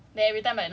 it's just